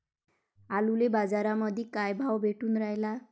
आलूले बाजारामंदी काय भाव भेटून रायला?